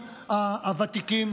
לאזרחים הוותיקים.